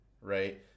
right